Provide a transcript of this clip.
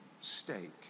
stake